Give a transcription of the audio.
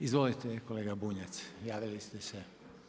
Izvolite kolega Bunjac, javili ste se.